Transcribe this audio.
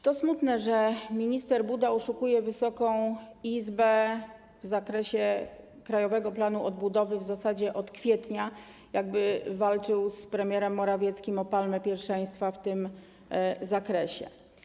To smutne, że minister Buda oszukuje Wysoką Izbę w zakresie Krajowego Planu Odbudowy w zasadzie od kwietnia, jakby walczył z premierem Morawieckim o palmę pierwszeństwa w tym zakresie.